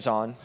on